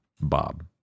Bob